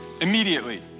Immediately